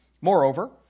Moreover